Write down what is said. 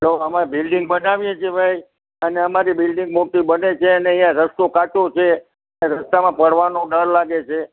જો અમે બિલ્ડિંગ બનાવીએ છીએ ભાઈ અને અમારી બિલ્ડિંગ મોટી બને છે ને અહીંયા રસ્તો કાચો છે એ રસ્તામાં પડવાનો ડર લાગે છે